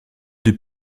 deux